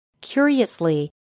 Curiously